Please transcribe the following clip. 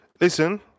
listen